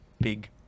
big